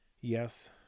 yes